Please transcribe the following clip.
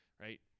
right